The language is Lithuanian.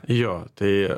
jo tai